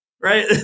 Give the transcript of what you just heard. Right